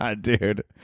Dude